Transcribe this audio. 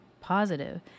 positive